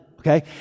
Okay